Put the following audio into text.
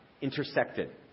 intersected